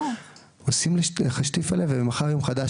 עושים לו שטיפה ומחר יום חדש,